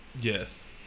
Yes